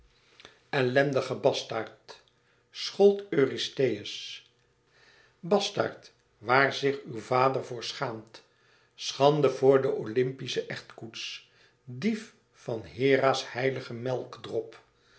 ellendige bastaard schold eurystheus bastaard waar zich uw vader voor schaamt schande voor de olympischen echtkoets dief van hera's heiligen